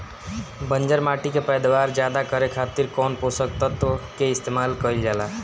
बंजर माटी के पैदावार ज्यादा करे खातिर कौन पोषक तत्व के इस्तेमाल कईल जाला?